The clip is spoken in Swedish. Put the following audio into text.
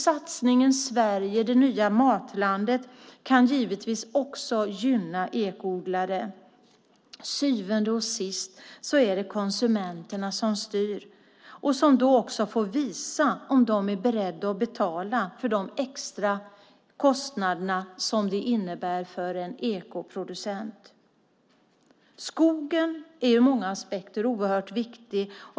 Satsningen "Sverige - det nya matlandet" kan givetvis också gynna ekoodlare. Till syvende och sist är det konsumenterna som styr och som då också får visa om de är beredda att betala för de extra kostnader som det innebär för en ekoproducent. Skogen är ur många aspekter oerhört viktig.